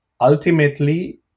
ultimately